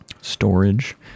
storage